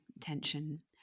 tension